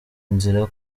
inzira